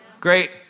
Great